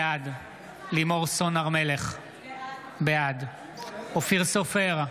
בעד לימור סון הר מלך, בעד אופיר סופר,